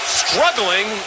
struggling